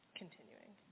continuing